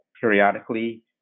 periodically